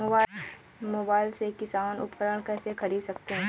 Mobile से किसान उपकरण कैसे ख़रीद सकते है?